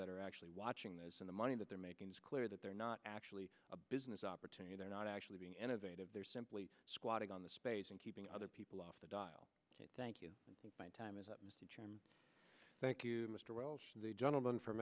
that are actually watching this and the money that they're making it's clear that they're not actually a business opportunity they're not actually being innovative they're simply squatting on the space and keeping other people off the dial thank you my time is up mr chairman thank you mr wells the gentleman from